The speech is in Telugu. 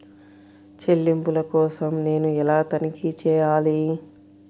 చెల్లింపుల కోసం నేను ఎలా తనిఖీ చేయాలి?